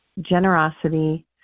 generosity